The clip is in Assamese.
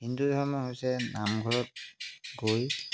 হিন্দু ধৰ্ম হৈছে নামঘৰত গৈ